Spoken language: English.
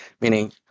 meaning